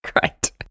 great